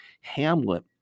Hamlet